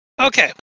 Okay